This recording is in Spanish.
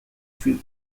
sweet